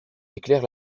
éclairs